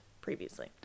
previously